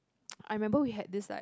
I remember we had this like